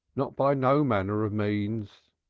not by no manner of means.